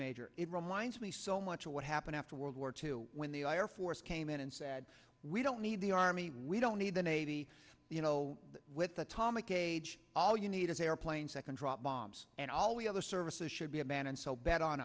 major it reminds me so much of what happened after world war two when the air force came in and said we don't need the army we don't need the navy you know with atomic age all you need is airplanes that can drop bombs and all we other services should be abandoned so bad on